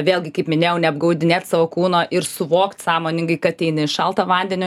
vėlgi kaip minėjau neapgaudinėt savo kūno ir suvokt sąmoningai kad ein į šaltą vandenį